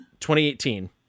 2018